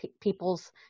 people's